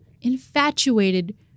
infatuated